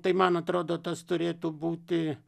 tai man atrodo tas turėtų būti